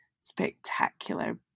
Spectacular